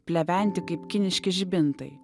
pleventi kaip kiniški žibintai